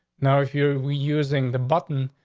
now, if you're we using the button,